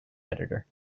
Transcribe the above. editor